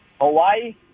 Hawaii